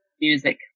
music